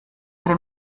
tre